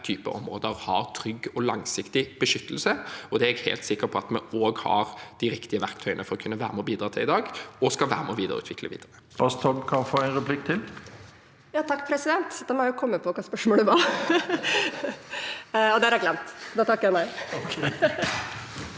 områder har trygg og langsiktig beskyttelse. Det er jeg helt sikker på at vi også har de riktige verktøyene for å kunne være med på å bidra til i dag, og vi skal være med på å utvikle dette